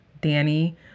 Danny